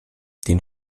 den